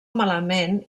malament